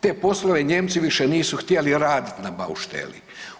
Te poslove Nijemci više nisu htjeli raditi na baušteli.